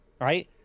Right